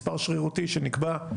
מספר שרירותי שנקבע,